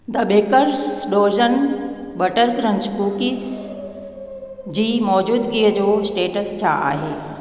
the baker's dozen butter crunch cookies जी मौजूदगीअ जो स्टेटस छा आहे